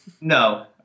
No